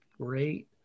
great